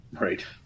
right